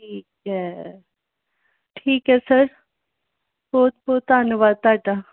ਠੀਕ ਹੈ ਠੀਕ ਹੈ ਸਰ ਬਹੁਤ ਬਹੁਤ ਧੰਨਵਾਦ ਤੁਹਾਡਾ